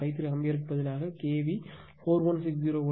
53 ஆம்பியருக்கு பதிலாக K V 4160 volt கிடைக்கும்